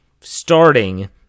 starting